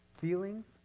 Feelings